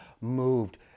moved